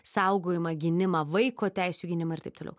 saugojimą gynimą vaiko teisių gynimą ir taip toliau